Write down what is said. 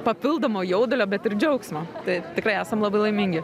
papildomo jaudulio bet ir džiaugsmo tai tikrai esam labai laimingi